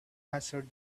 answered